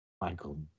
Michael